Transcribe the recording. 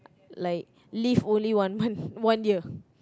like live only one month one year